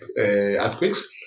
earthquakes